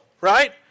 right